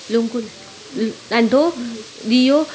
लूगुल नंढो ॾीयो